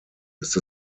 ist